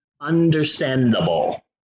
Understandable